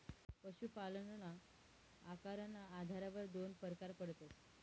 पशुपालनना आकारना आधारवर दोन परकार पडतस